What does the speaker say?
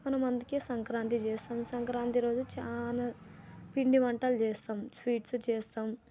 మనం అందుకే సంక్రాంతి చేస్తాం సంక్రాంతి రోజు చాలా పిండి వంటలు చేస్తాం స్వీట్స్ చేస్తాం